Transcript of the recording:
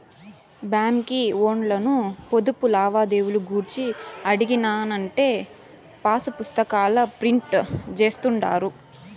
బాంకీ ఓల్లను పొదుపు లావాదేవీలు గూర్చి అడిగినానంటే పాసుపుస్తాకాల ప్రింట్ జేస్తుండారు